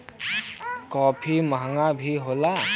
काफी महंगा भी होला